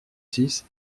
six